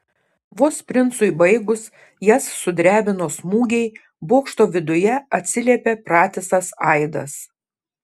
vos princui baigus jas sudrebino smūgiai bokšto viduje atsiliepė pratisas aidas